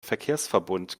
verkehrsverbund